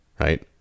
right